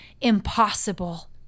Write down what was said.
impossible